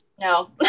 no